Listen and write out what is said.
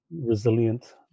resilient